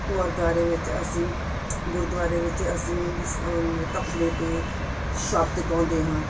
ਗੁਰਦੁਆਰੇ ਵਿੱਚ ਅਸੀਂ ਗੁਰਦੁਆਰੇ ਵਿੱਚ ਅਸੀਂ ਤਬਲੇ 'ਤੇ ਸ਼ਬਦ ਗਾਉਂਦੇ ਹਾਂ